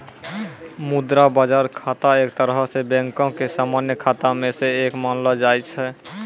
मुद्रा बजार खाता एक तरहो से बैंको के समान्य खाता मे से एक मानलो जाय छै